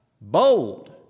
Bold